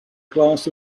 glass